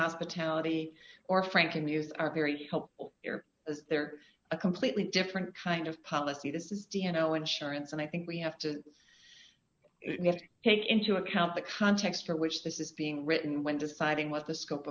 hospitality or frankly news are very helpful here as they're a completely different kind of policy this is do you know insurance and i think we have to take into account the context for which this is being written when deciding what the scope